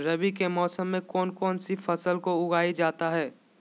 रवि के मौसम में कौन कौन सी फसल को उगाई जाता है?